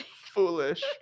foolish